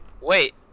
Wait